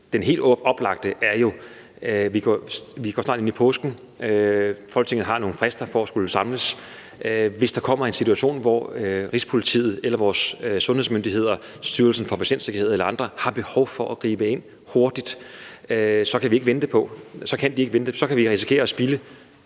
Den helt oplagte er jo, at vi snart går ind i påsken. Folketinget har nogle frister for at skulle samles, og hvis der kommer en situation, hvor Rigspolitiet eller vores sundhedsmyndigheder, Styrelsen for Patientsikkerhed eller andre, har behov for at gribe ind hurtigt, så kan de ikke vente. Så kan vi risikere at spilde